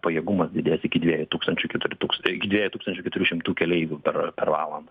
pajėgumas didės iki dviejų tūkstančių keturių iki dviejų tūkstančių keturių šimtų keleivių per per valandą